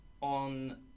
on